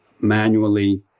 manually